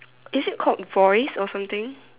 is it called voice or something